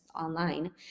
online